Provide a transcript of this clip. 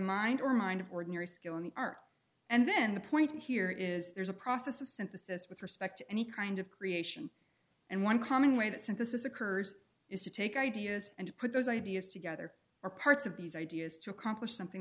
mind or mind of ordinary skill in the art and then the point here is there's a process of synthesis with respect to any kind of creation and one common way that synthesis occurs is to take ideas and put those ideas together or parts of these ideas to accomplish something